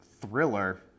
thriller